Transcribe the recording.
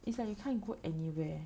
it's like you can't go anywhere